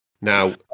Now